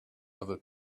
other